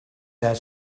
their